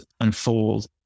unfold